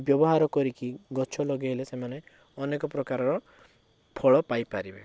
ବ୍ୟବହାର କରିକି ଗଛ ଲଗେଇଲେ ସେମାନେ ଅନେକ ପ୍ରକାରର ଫଳ ପାଇପାରିବେ